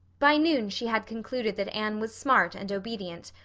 by noon she had concluded that anne was smart and obedient,